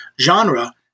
genre